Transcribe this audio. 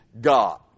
God